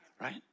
right